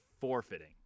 forfeiting